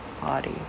body